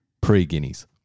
Pre-Guineas